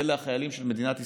אלה החיילים של מדינת ישראל,